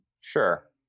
Sure